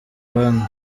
abandi